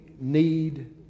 need